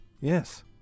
Yes